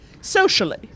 socially